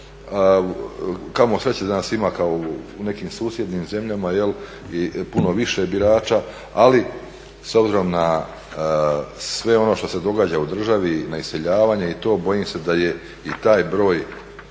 Kamo sreće da nas ima kao u nekim susjednim zemljama, puno više birača, ali s obzirom na sve ono što ste događa u državi, na iseljavanje i to, bojim se da je i taj broj